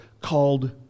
called